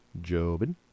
Jobin